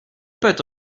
puts